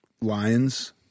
lions